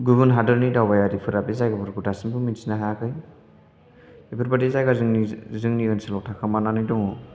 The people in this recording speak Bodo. गुबुन हादोरनि दावबायारिफोरा बे जायगाफोरखौ दासिमबो मिनथिनो हायाखै बेफोरबायदि जायगा जोंनि ओनसोलाव थाखोमानानै दङ